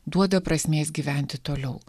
duoda prasmės gyventi toliau